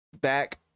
back